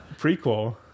prequel